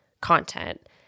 content